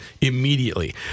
immediately